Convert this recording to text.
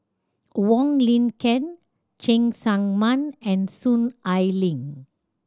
Wong Lin Ken Cheng Tsang Man and Soon Ai Ling